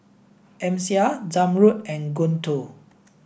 Amsyar Zamrud and Guntur